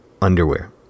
underwear